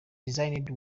designed